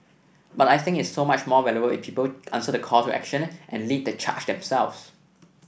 but I think it's so much more valuable if people answer the call to action and lead the charge themselves